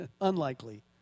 unlikely